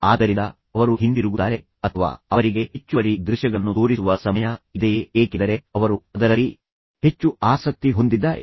ಆದ್ದರಿಂದ ಅವರು ಹಿಂತಿರುಗುತ್ತಾರೆ ಅಥವಾ ಅವರಿಗೆ ಹೆಚ್ಚುವರಿ ದೃಶ್ಯಗಳನ್ನು ತೋರಿಸುವ ಸಮಯ ಇದೆಯೇ ಏಕೆಂದರೆ ಅವರು ಅದರಲ್ಲಿ ಹೆಚ್ಚು ಆಸಕ್ತಿ ಹೊಂದಿದ್ದಾರೆ